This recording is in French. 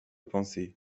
pensées